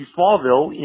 Smallville